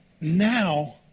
now